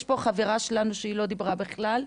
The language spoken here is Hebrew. יש פה חברה שלנו שלא דיברה בכלל.